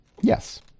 Yes